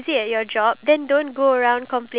there iya